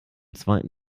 zweiten